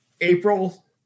April